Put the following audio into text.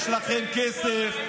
יש לכם כסף,